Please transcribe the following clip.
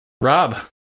Rob